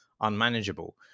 unmanageable